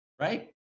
Right